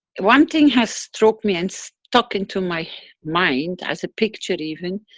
one thing has struck me and stuck into my mind, as a picture even.